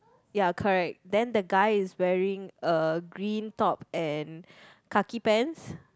ya correct then the guy is wearing a green top and khaki pants